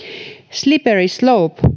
slippery slope